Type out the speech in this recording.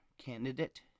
Candidate